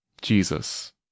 Jesus